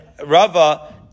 Rava